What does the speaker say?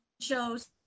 shows